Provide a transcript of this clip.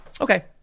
Okay